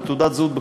ותעודת זהות,